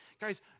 guys